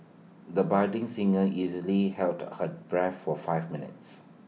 the budding singer easily held her breath for five minutes